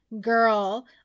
girl